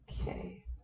Okay